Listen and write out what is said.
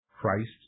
Christ